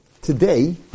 Today